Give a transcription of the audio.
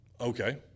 Okay